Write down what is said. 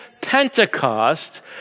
Pentecost